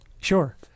sure